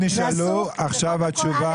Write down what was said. זה קודם כל,